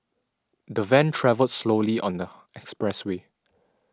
the van travelled slowly on the expressway